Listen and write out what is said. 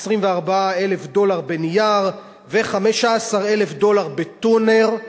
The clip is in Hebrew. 24,000 דולר בנייר ו-15,000 בטונר,